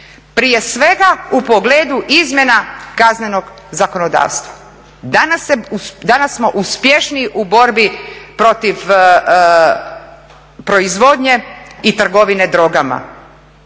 prije svega u pogledu izmjena kaznenog zakonodavstva. Danas smo uspješniji u borbi protiv proizvodnje i trgovine drogama,